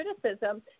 criticism